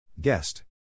Guest